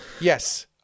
Yes